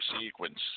sequence